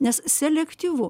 nes selektyvu